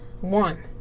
One